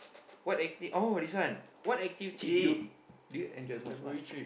what is this oh this one what activity you do you enjoy most what